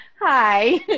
Hi